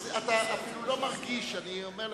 אתה אפילו לא מרגיש, אני אומר לך.